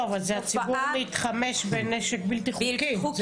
לא, אבל הציבור מתחמש בנשק בלתי חוקי.